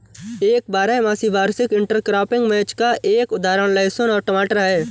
एक बारहमासी वार्षिक इंटरक्रॉपिंग मैच का एक उदाहरण लहसुन और टमाटर है